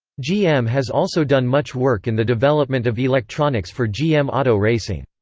gm has also done much work in the development of electronics for gm auto racing.